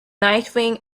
nightwing